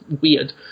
weird